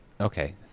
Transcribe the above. Okay